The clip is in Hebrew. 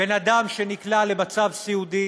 בן אדם שנקלע למצב סיעודי